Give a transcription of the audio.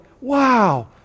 wow